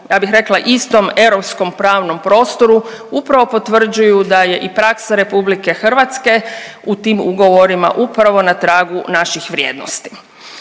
ja bih rekla istom europskom pravnom prostoru, upravo potvrđuju da je i praksa RH u tim ugovorima upravo na tragu naših vrijednosti.